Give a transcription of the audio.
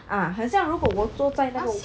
uh 很像如果我坐在那个